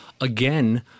again